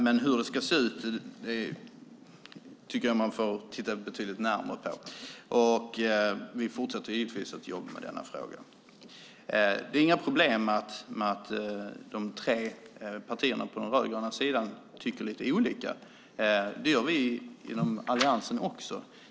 Men hur det ska se ut tycker jag att man får titta på betydligt närmare. Givetvis fortsätter vi att jobba med frågan. Det är inget problem att de tre partierna på den rödgröna sidan tycker lite olika. Det gör också vi inom alliansen.